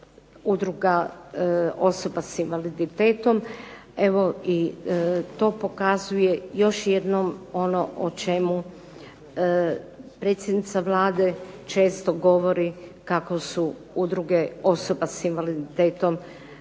udruga osoba s invaliditetom. Evo i to pokazuje još jednom ono o čemu predsjednica Vlade često govori kako su udruge osoba s invaliditetom